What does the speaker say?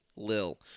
Lil